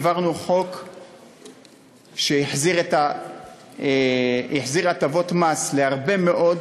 העברנו חוק שהחזיר הטבות מס להרבה מאוד,